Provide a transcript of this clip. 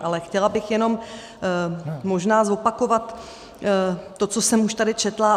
Ale chtěla bych jenom možná zopakovat to, co jsem už tady četla.